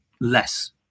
less